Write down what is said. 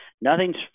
nothing's